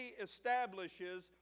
establishes